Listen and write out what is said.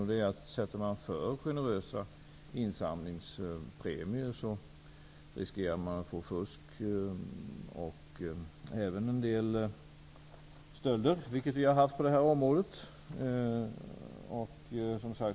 Om man sätter för generösa insamlingspremier riskerar man att få fusk och även en del stölder, vilket vi har haft på det här området.